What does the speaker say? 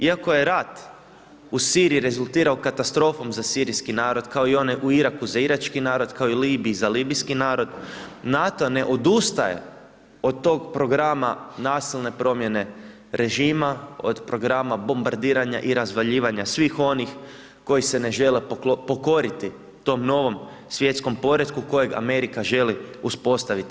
Iako je ratu u Siriji rezultirao katastrofom, za sirijski narod, kao onog u Iraku za irački narod, kao u Libiji za libijski narod, NATO ne odustane od tog programa nasilne promjene režima, od programa bombardiranja i razvaljivanja svih onih koji se ne žele pokoriti tom novog svjetskom poretku kojeg Amerika želi uspostaviti.